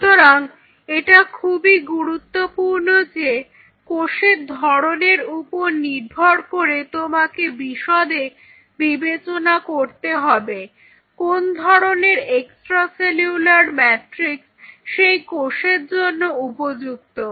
সুতরাং এটা খুবই গুরুত্বপূর্ণ যে কোষের ধরনের ওপর নির্ভর করে তোমাকে বিশদে বিবেচনা করতে হবে কোন ধরনের এক্সট্রা সেলুলার ম্যাট্রিক্স সেই কোষের জন্য উপযুক্ত